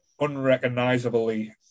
unrecognisably